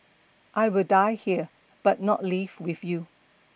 I will die here but not leave with you